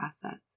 process